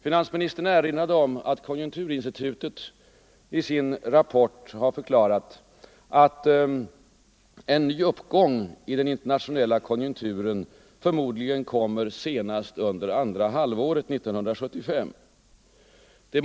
Finansministern erinrade om att konjunkturinstitutet i sin rapport har förklarat att en ny uppgång i den internationella konjunkturen förmodligen kommer senast under andra halvåret 1975.